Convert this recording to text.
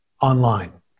online